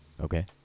Okay